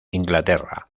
inglaterra